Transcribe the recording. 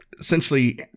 essentially